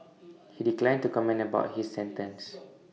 he declined to comment about his sentence